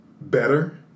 better